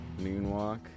Moonwalk